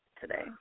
today